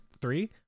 three